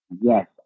Yes